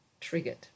triggered